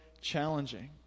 challenging